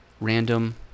random